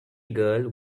girl